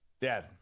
Dead